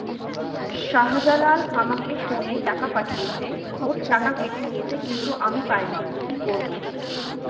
শাহ্জালাল আমাকে ফোনে টাকা পাঠিয়েছে, ওর টাকা কেটে নিয়েছে কিন্তু আমি পাইনি, কি করব?